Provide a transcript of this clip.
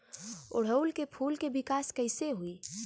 ओड़ुउल के फूल के विकास कैसे होई?